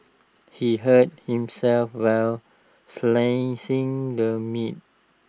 he hurt himself while slicing the meat